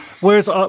Whereas